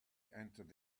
entered